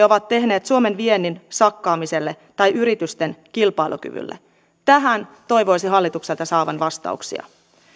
ovat tehneet suomen viennin sakkaamiselle tai yritysten kilpailukyvylle tähän toivoisin hallitukselta saavan vastauksia